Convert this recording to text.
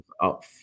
up